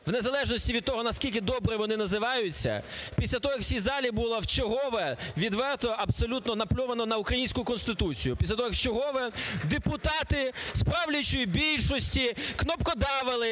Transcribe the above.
у незалежності від того, наскільки добре вони називаються, після того, як в цій залі було вчергове відверто абсолютно напльовано на українську Конституцію, після того, як вчергове депутати з правлячої більшості кнопкодавили,